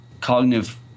cognitive